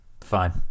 fine